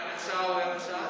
ערך שעה הוא ערך שעה?